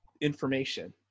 information